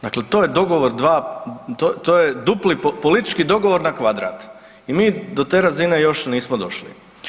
Dakle, to je dogovor dva, to je dupli, to je politički dogovor na kvadrat i mi do te razine još nismo došli.